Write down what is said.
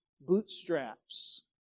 bootstraps